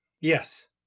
Yes